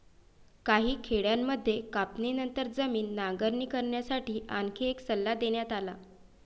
काही खेड्यांमध्ये कापणीनंतर जमीन नांगरणी करण्यासाठी आणखी एक सल्ला देण्यात आला